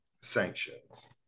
sanctions